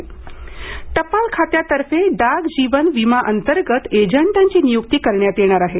टपाल वीमा टपाल खात्यातर्फे डाक जीवन विमा अंतर्गत एजंटांची नियुक्ती करण्यात येणार आहे